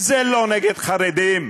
זה לא נגד חרדים,